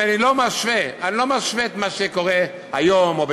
אני לא משווה את מה שקורה היום או קרה